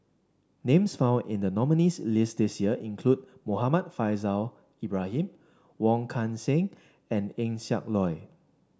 names found in the nominees' list this year include Muhammad Faishal Ibrahim Wong Kan Seng and Eng Siak Loy